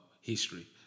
history